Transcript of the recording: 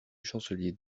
chancelier